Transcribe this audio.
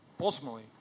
ultimately